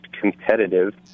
competitive